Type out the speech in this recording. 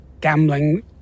gambling